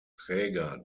träger